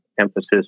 emphasis